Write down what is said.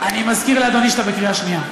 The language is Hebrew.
אני מזכיר לאדוני שאתה בקריאה שנייה.